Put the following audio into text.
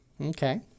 Okay